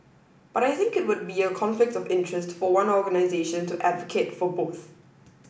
but I think it would be a conflict of interest for one organisation to advocate for both